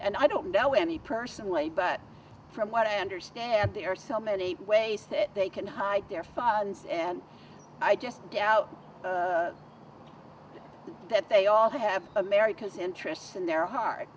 and i don't know any personally but from what i understand there are so many ways that they can hide their father and i just doubt that they all have america's interests in their heart